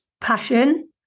passion